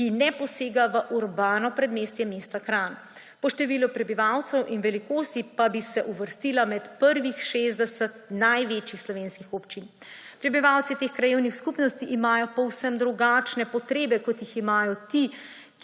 ki ne posega v urbano predmestje mesta Kranj. Po številu prebivalcev in velikosti pa bi se uvrstila med prvih 60 največjih slovenskih občin. Prebivalci teh krajevnih skupnosti imajo povsem drugačne potrebe, kot jih imajo ti,